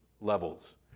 levels